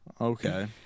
Okay